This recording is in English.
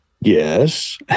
Yes